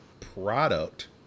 product